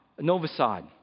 Novosad